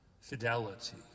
fidelity